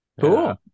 Cool